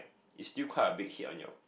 it's still quite still a bit hit on your